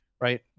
right